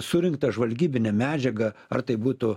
surinktą žvalgybinę medžiagą ar tai būtų